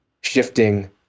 shifting